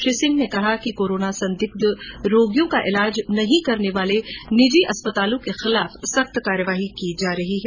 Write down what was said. श्री सिंह ने बताया कि कोरोना संदिग्ध रोगियों का इलाज नहीं करने वाले निजी अस्पतालों के खिलाफ सख्त कार्यवाही की जायेगी